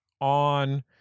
On